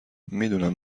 میدونم